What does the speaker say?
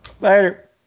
Later